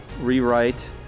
rewrite